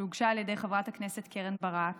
שהוגשה על ידי חברת הכנסת קרן ברק,